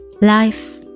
Life